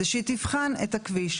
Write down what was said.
זה שהיא תבחן את הכביש,